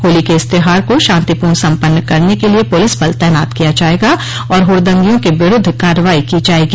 होली के इस त्योहार को शान्तिपूर्ण सम्पन्न करने के लिए पुलिस बल तैनात किया जाएगा और हुड़दंगियों के विरुद्ध कार्रवाई की जाएगी